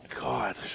God